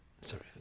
Sorry